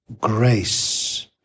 grace